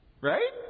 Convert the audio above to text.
Right